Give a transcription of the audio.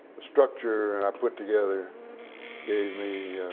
the structure and i put together gave me